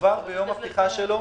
וכבר ביום הפתיחה שלו